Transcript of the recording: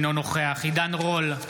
אינו נוכח עידן רול,